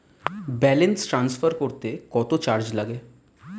Balance transfer করতে কত charge লাগে?